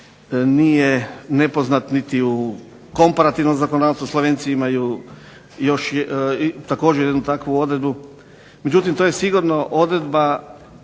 nije nepoznat niti u komparativnom zakonodavstvu. Slovenci imaju još također jednu takvu odredbu. Međutim, to je sigurno odredba